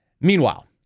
Meanwhile